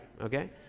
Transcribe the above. okay